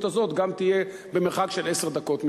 הזאת גם תהיה במרחק של עשר דקות מירושלים.